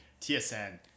TSN